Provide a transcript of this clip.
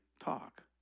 talk